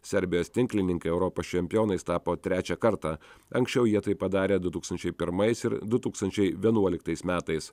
serbijos tinklininkai europos čempionais tapo trečią kartą anksčiau jie tai padarė du tūkstančiai pirmais ir du tūkstančiai vienuoliktais metais